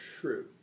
True